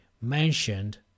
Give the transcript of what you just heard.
mentioned